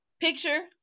picture